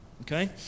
Okay